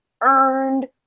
earned